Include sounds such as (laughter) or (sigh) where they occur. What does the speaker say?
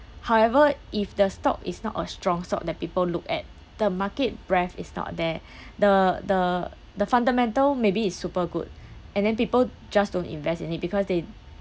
however if the stock is not a strong stock that people look at the market breadth is not there (breath) the the the fundamental maybe it's super good and then people just don't invest in it because they